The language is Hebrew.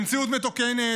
במציאות מתוקנת,